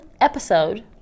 episode